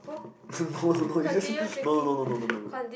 no no it's just no no no no no no